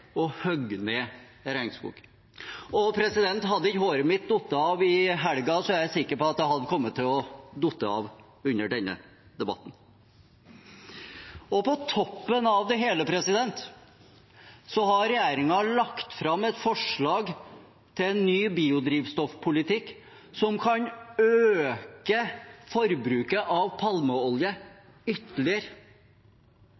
Hadde ikke håret mitt falt av i helga, er jeg sikker på at det hadde kommet til å falle av under denne debatten. På toppen av det hele har regjeringen lagt fram et forslag til en ny biodrivstoffpolitikk som kan øke forbruket av palmeolje